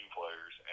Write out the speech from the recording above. players